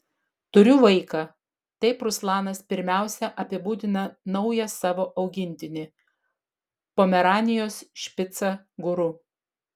turiu vaiką taip ruslanas pirmiausia apibūdina naują savo augintinį pomeranijos špicą guru